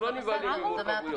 אנחנו לא נבהלים ממורכבויות.